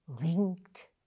linked